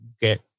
get